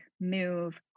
move